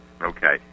Okay